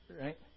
right